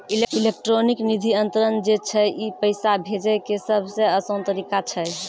electronic निधि अन्तरन जे छै ई पैसा भेजै के सभ से असान तरिका छै